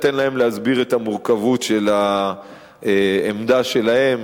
אני אתן להם להסביר את המורכבות של העמדה שלהם,